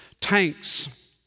tanks